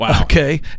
Okay